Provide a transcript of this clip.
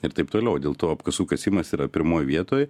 ir taip toliau dėl to apkasų kasimas yra pirmoj vietoj